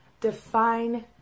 define